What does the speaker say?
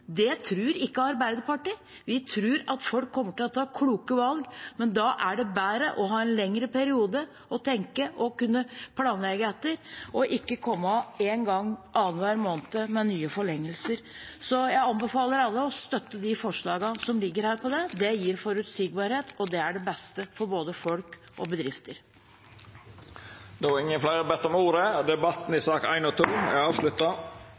Det tror ikke Arbeiderpartiet. Vi tror at folk kommer til å ta kloke valg. Men da er det bedre å kunne ha en lengre periode å planlegge etter, og at en ikke kommer en gang annenhver måned med nye forlengelser. Så jeg anbefaler alle å støtte de forslagene som ligger her på det. Det gir forutsigbarhet, og det er det beste for både folk og bedrifter. Fleire har ikke bedt om ordet til sakene nr. 1 og 2. Etter ønske frå helse- og